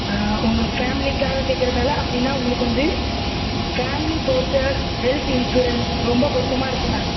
ஆ உங்களுக்கு ஃபேம்லிக்காக கேக்கிறதால அப்படின்னா உங்களுக்கு வந்து ஃபேம்லி ஃப்ளோட்டர் ஹெல்த் இன்ஷுரன்ஸ் ரொம்ப பொருத்தமாக இருக்கும் மேம்